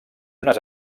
unes